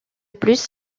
plus